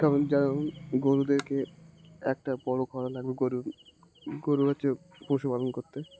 কারণ যেমন গরুদেরকে একটা বড়ো ঘর লাগবে গরুর গরু হচ্ছে পশুপালন করতে